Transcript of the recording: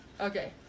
Okay